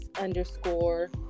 underscore